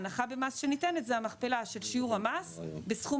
ההנחה במס שניתנת היא המכפלה של שיעור המס בסכום